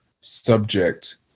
subject